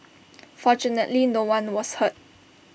fortunately no one was hurt